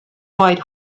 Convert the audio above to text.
white